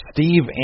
Steve